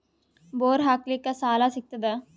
Bore ಹಾಕಲಿಕ್ಕ ಸಾಲ ಸಿಗತದ?